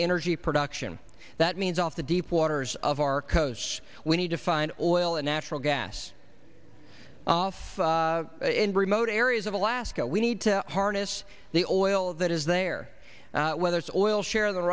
energy production that means off the deep waters of our coasts we need to find oil and natural gas off in remote areas of alaska we need to harness the oil that is there whether soil share the